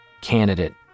candidate